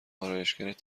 آرایشگرت